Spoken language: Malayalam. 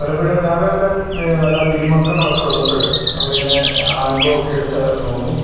പലപ്പോഴും ഞങ്ങളുടെ ഇതിലും നല്ല പിരിമുറക്കങ്ങളൊക്കെ ഉള്ളപ്പോൾ നമ്മളിങ്ങനെ ആൽബമൊക്കെയെടുത്ത് നോക്കും